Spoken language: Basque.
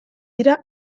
dira